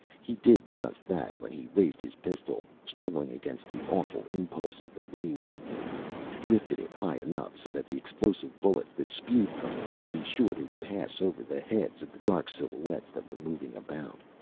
he did just that when he raised his pistol, struggling against the awful impulse of the rage in him lifted it high enough so that the explosive bullets that spewed from it would be sure to pass over the heads of the dark silhouettes that were moving about.